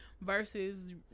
versus